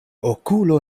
okulo